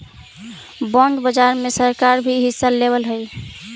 bond बाजार में सरकार भी हिस्सा लेवऽ हई